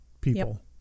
people